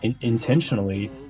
intentionally